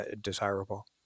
desirable